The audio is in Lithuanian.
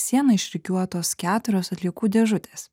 sieną išrikiuotos keturios atliekų dėžutės